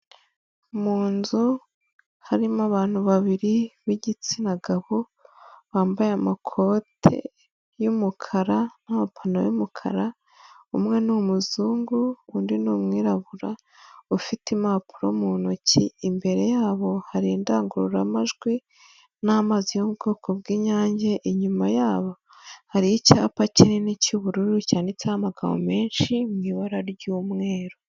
Mu nzu harimo abantu babiri b'igitsina gabo bambaye amakoti y'umukara n'amapantaro y'umukara, umwe ni umuzungu undi ni umwirabura ufite impapuro mu ntoki, imbere yabo hari indangururamajwi n'amazi yo mu bwoko bw'Inyange, inyuma yabo hariho icyapa kinini cy'ubururu cyanditseho amagambo menshi mu ibara ry'umweru.